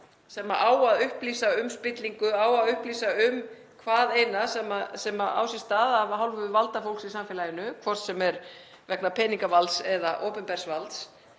sem á að upplýsa um spillingu, á að upplýsa um hvaðeina sem á sér stað af hálfu valdafólks í samfélaginu, hvort sem er vegna peningavalds eða opinbers valds,